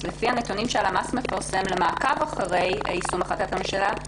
לפי הנתונים שהלמ"ס מפרסם למעקב אחרי יישום החלטת הממשלה,